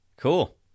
cool